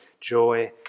joy